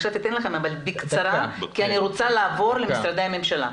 אתן לכם בקצרה כי אני רוצה לעבור למשרדי הממשלה.